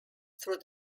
through